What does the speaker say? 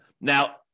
Now